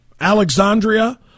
Alexandria